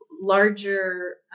larger